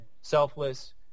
selfless